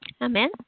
Amen